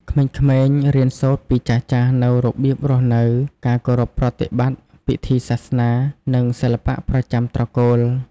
ក្មេងៗរៀនសូត្រពីចាស់ៗនូវរបៀបរស់នៅ ការគោរពប្រតិបត្តិ ពិធីសាសនា និងសិល្បៈប្រចាំត្រកូល។